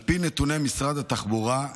על פי נתוני משרד התחבורה,